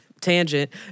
Tangent